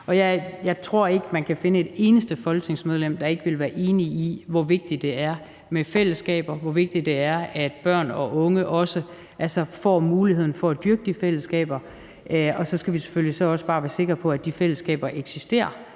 Jeg tror ikke, man kan finde et eneste folketingsmedlem, der ikke vil være enig i, hvor vigtigt det er med fællesskaber, og hvor vigtigt det er, at børn og unge også får mulighed for at styrke de fællesskaber. Så skal vi selvfølgelig også bare være sikre på, at de fællesskaber eksisterer,